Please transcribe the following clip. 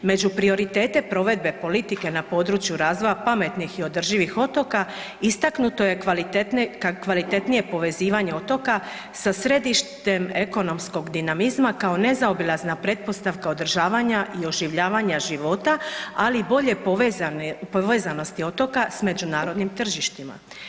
Među prioritete provedbe politike na području razvoja pametnih i održivih otoka istaknuto je kvalitetnije povezivanje otoka sa središtem ekonomskog dinamizma kao nezaobilazna pretpostavka održavanja i oživljavanja života, ali i bolje povezanosti otoka sa međunarodnim tržištima.